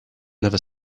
never